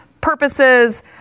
purposes